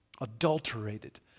Adulterated